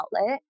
outlet